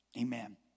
Amen